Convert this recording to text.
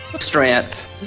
strength